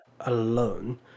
alone